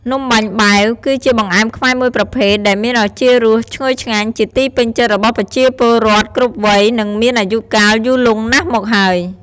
នំបាញ់បែវ គឺជាបង្អែមខ្មែរមួយប្រភេទដែលមានឱជារសឈ្ងុយឆ្ងាញ់ ជាទីពេញចិត្តរបស់ប្រជាពលរដ្ឋគ្រប់វ័យ និងមានអាយុកាលយូរលង់ណាស់មកហើយ។